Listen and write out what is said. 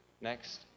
Next